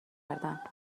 نکردم